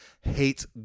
hate